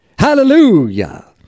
Hallelujah